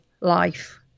life